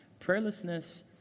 prayerlessness